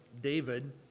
David